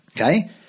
Okay